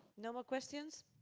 no more questions?